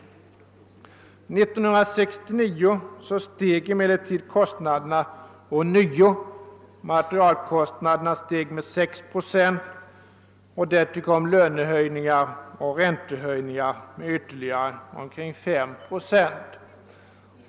1969 steg emellertid kostnaderna ånyo; materialkostnaderna steg med 6 procent och därtill kom lönehöjningar och räntehöjningar med ytterligare omkring 5 procent.